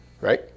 right